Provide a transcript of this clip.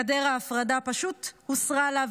גדר ההפרדה פשוט הוסרה לה,